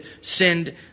send